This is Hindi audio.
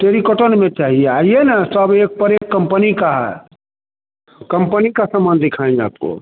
टेरिकॉटन में चाहिए आइए न सब एक पर एक कम्पनी का है कम्पनी का सामान दिखाएँगे आपको